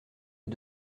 est